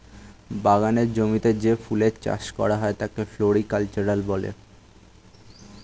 বাগানের জমিতে যে ফুলের চাষ করা হয় তাকে ফ্লোরিকালচার বলে